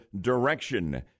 direction